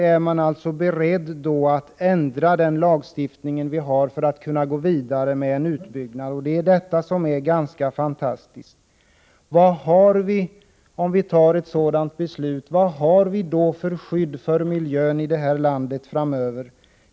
I det fallet är man beredd att ändra gällande lagstiftning för att kunna gå vidare med en utbyggnad. Detta är ganska fantastiskt. Om riksdagen fattar ett sådant beslut, vad har vi då för skydd för miljön i detta land framöver?